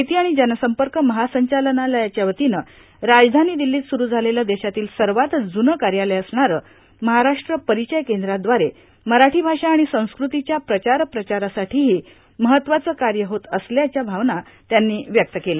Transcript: माहिती आणि जनसंपर्क महासंचालनालयाच्यावतीनं राजधानी दिल्लीत सुरू झालेलं देशातील सर्वात ज्रनं कार्यालय असणारं महाराष्ट्र परिचय केंद्राद्वारे मराठी भाषा आणि संस्क्रतीच्या प्रचार प्रसारासाठीही महत्वाचं कार्य होत असल्याच्या भावना त्यांनी व्यक्त केल्या